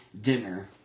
dinner